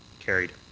carried?